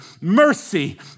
mercy